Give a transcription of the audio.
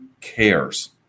cares